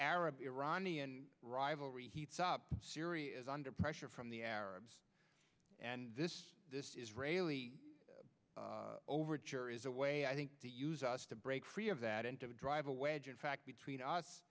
arab iranian rivalry heats up syria is under pressure from the arabs and this this israeli overture is a way i think to use us to break free of that and to drive a wedge in fact between us